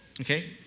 Okay